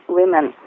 women